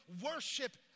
worship